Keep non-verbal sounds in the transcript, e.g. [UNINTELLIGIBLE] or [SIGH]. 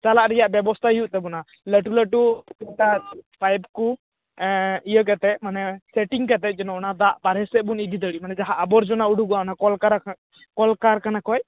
ᱪᱟᱞᱟᱜ ᱨᱮᱭᱟᱜ ᱵᱮᱵᱚᱥᱛᱟᱭ ᱦᱩᱭᱩᱜ ᱛᱟᱵᱚᱱᱟ ᱞᱟᱹᱴᱩ ᱞᱟᱹᱴᱩ [UNINTELLIGIBLE] ᱯᱟᱭᱤᱵ ᱠᱚ ᱤᱭᱟᱹ ᱠᱟᱛᱮ ᱢᱟᱱᱮ ᱥᱮᱴᱤᱝ ᱠᱟᱛᱮ ᱡᱮᱱᱚ ᱚᱱᱟ ᱫᱟᱜ ᱵᱟᱨᱦᱮ ᱥᱮᱫ ᱵᱚᱱ ᱤᱫᱤ ᱫᱟᱲᱮᱜ ᱢᱟᱱᱮ ᱡᱟᱦᱟᱸ ᱟᱵᱚᱨᱡᱚᱱᱟ ᱩᱰᱩᱠᱚᱜᱼᱟ ᱠᱚᱞᱠᱟᱨ ᱠᱚᱞᱠᱟᱨᱠᱷᱟᱱᱟ ᱠᱷᱚᱱ